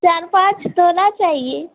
चार पाँच चाहिए